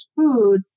food